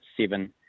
seven